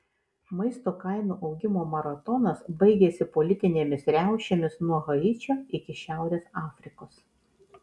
maisto kainų augimo maratonas baigėsi politinėmis riaušėmis nuo haičio iki šiaurės afrikos